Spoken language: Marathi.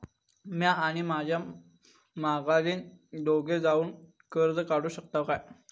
म्या आणि माझी माघारीन दोघे जावून कर्ज काढू शकताव काय?